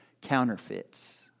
Counterfeits